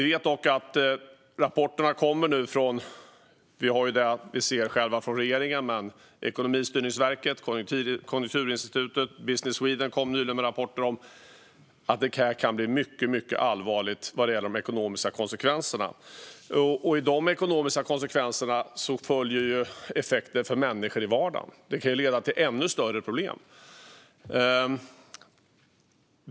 Det kommer nu, förutom det som vi hör från regeringen, rapporter från Ekonomistyrningsverket, Konjunkturinstitutet och Business Sweden om att det kan bli mycket allvarliga ekonomiska konsekvenser. Och med dessa ekonomiska konsekvenser följer effekter för människor i vardagen. Det kan leda till ännu större problem.